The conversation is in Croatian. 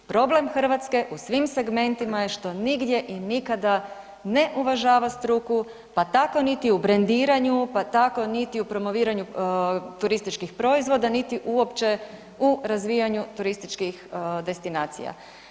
Problem Hrvatske u svim segmentima … je što nigdje i nikada ne uvažava struku, pa tako niti u brendiranju, pa tako niti u promoviranju turističkih proizvoda, niti uopće u razvijanju turističkih destinacija.